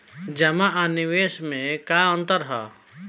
जमा आ निवेश में का अंतर ह?